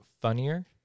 funnier